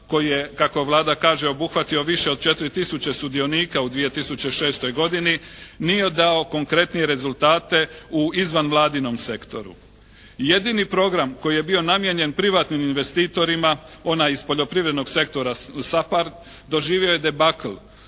koji je, tako Vlada kaže, obuhvatio više od 4 tisuće sudionika u 2006. godini nije dao konkretnije rezultate u izvan Vladinom sektoru. Jedini program koji je bio namijenjen privatnim investitorima, onaj iz poljoprivrednog sektora SAPHARD doživio je debakl